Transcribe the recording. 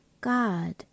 God